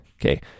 okay